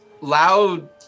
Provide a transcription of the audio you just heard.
loud